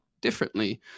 differently